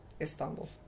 Istanbul